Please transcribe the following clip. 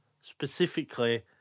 specifically